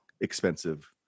expensive